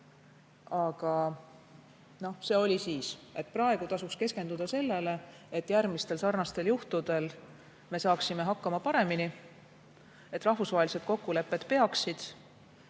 Aga see oli siis. Praegu tasuks keskenduda sellele, et järgmistel sarnastel juhtudel me saaksime hakkama paremini, et rahvusvahelised kokkulepped peaksid.